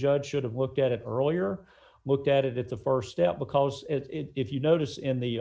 judge should have looked at it earlier looked at it at the st step because if you notice in the